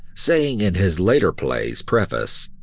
saying in his later play's preface,